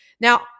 Now